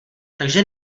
takže